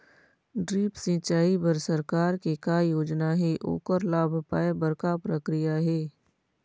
Drip सिचाई बर सरकार के का योजना हे ओकर लाभ पाय बर का प्रक्रिया हे?